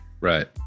right